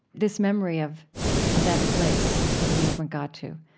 this memory of of that place that the movement got to.